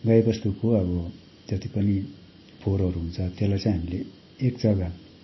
गाई बस्तुको अब जति पनि फोहोरहरू हुन्छ त्यसलाई चाहिँ हामीले एक जग्गा